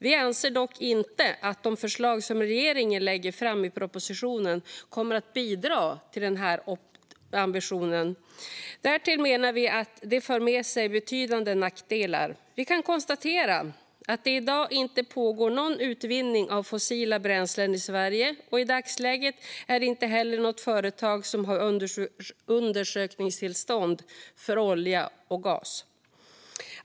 Vi anser dock inte att de förslag som regeringen lägger fram i propositionen kommer att bidra till denna ambition. Därtill menar vi att de för med sig betydande nackdelar. Vi kan konstatera att det i dag inte pågår någon utvinning av fossila bränslen i Sverige, och i dagsläget är det inte heller något företag som har undersökningstillstånd för olja eller gas.